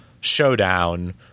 showdown